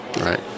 Right